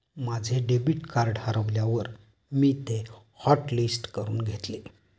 माझे debit card हरवल्यावर मी ते हॉटलिस्ट करून घेतले